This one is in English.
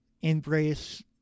embrace